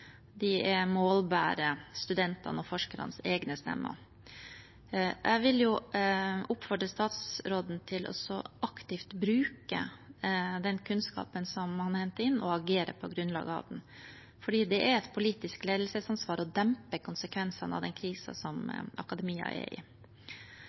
De målbærer studentenes og forskernes egne stemmer. Jeg vil oppfordre statsråden til aktivt å bruke den kunnskapen man henter inn, og agere på grunnlag av den, for det er et politisk ledelsesansvar å dempe konsekvensene av den krisen som